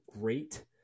great